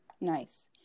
Nice